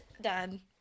done